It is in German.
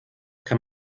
kann